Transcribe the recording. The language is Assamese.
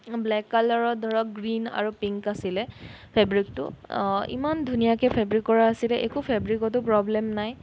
ব্লেক কালাৰত ধৰক গ্ৰীণ আৰু পিংক আছিলে ফেব্ৰিকটো ইমান ধুনীয়াকৈ ফেব্ৰিক কৰা আছিলে একো ফেব্ৰিকতো প্ৰব্লেম নাই